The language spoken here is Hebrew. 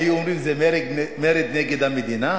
היו אומרים: זה מרד נגד המדינה,